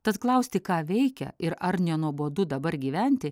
tad klausti ką veikia ir ar nenuobodu dabar gyventi